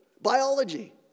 biology